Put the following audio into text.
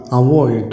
avoid